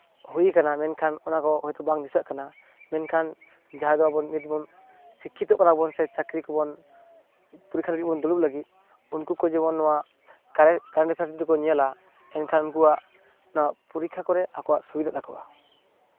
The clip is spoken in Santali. ᱦᱩᱭ ᱟᱠᱟᱱᱟ ᱢᱮᱱᱱᱠᱷᱟᱱ ᱚᱱᱟᱠᱚ ᱦᱚᱭᱛᱳ ᱵᱟᱝ ᱫᱤᱥᱟᱹᱜ ᱠᱟᱱᱟ ᱢᱮᱱᱠᱷᱟᱱ ᱡᱟᱦᱟᱸ ᱫᱚ ᱱᱤᱛᱵᱚᱱ ᱥᱤᱠᱠᱷᱤᱛᱚᱜ ᱠᱟᱱᱟ ᱵᱚᱱ ᱥᱮ ᱪᱟᱹᱠᱨᱤ ᱠᱚᱵᱚᱱ ᱯᱚᱨᱤᱠᱠᱷᱟ ᱨᱮᱵᱚᱱ ᱫᱩᱲᱩᱵ ᱞᱟᱹᱜᱤᱫ ᱩᱱᱠᱩ ᱠᱚ ᱡᱮᱢᱚᱱ ᱱᱚᱣᱟ ᱠᱟᱨᱮᱱᱴ ᱮᱯᱷᱮᱭᱟᱨᱥ ᱡᱩᱫᱤ ᱠᱚ ᱧᱮᱞᱟ ᱮᱱᱠᱷᱟᱱ ᱩᱱᱠᱩᱣᱟᱜ ᱯᱚᱨᱤᱠᱠᱷᱟ ᱠᱚᱨᱮᱜ ᱟᱠᱚᱣᱟᱜ ᱥᱩᱵᱤᱫᱷᱟᱜ ᱛᱟᱠᱚᱣᱟ